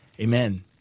Amen